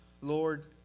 Lord